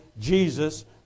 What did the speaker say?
Jesus